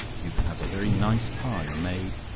you can have a very nice pie made,